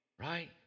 Right